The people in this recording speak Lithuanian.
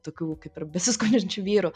tokių kaip ir besiskolinančių vyrų